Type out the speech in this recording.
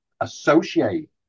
associate